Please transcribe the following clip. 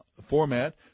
format